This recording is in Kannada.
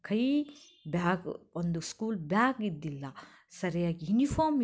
ಕೈ ಬ್ಯಾಗು ಒಂದು ಸ್ಕೂಲ್ ಬ್ಯಾಗಿದ್ದಿಲ್ಲ ಸರಿಯಾಗಿ ಯುನಿಫಾರ್ಮ್ ಇದ್ದಿಲ್ಲ